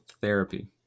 therapy